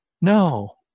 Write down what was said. no